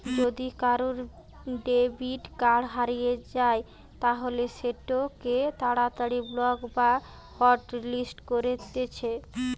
যদি কারুর debit card হারিয়ে যায় তালে সেটোকে তাড়াতাড়ি ব্লক বা হটলিস্ট করতিছে